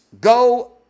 go